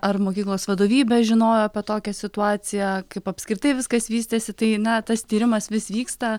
ar mokyklos vadovybė žinojo apie tokią situaciją kaip apskritai viskas vystėsi tai na tas tyrimas vis vyksta